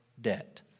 debt